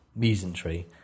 mesentery